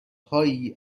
هایی